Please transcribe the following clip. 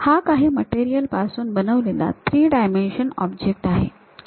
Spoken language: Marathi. हा काही मटेरियल पासून बनवलेला ३ डायमेन्शनल ऑब्जेक्ट आहे